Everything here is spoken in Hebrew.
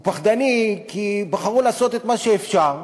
הוא פחדני כי בחרו לעשות את מה שאפשר,